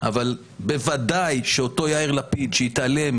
אבל בוודאי שאותו יאיר לפיד שהתעלם